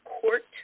Court